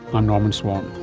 i'm norman swan